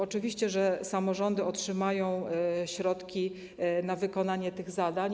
Oczywiście samorządy otrzymają środki na wykonywanie tych zadań.